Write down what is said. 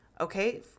okay